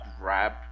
grab